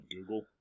Google